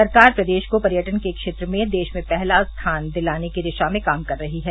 सरकार प्रदेश को पर्यटन के क्षेत्र में देश में पहला स्थान दिलाने की दिशा में काम कर रही है